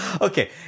okay